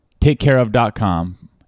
takecareof.com